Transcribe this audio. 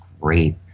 great